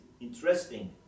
interesting